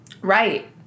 Right